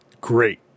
great